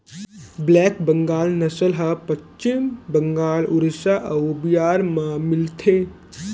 black Bengal नसल ह पस्चिम बंगाल, उड़ीसा अउ बिहार म मिलथे